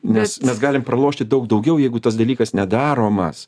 nes mes galim pralošti daug daugiau jeigu tas dalykas nedaromas